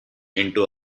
into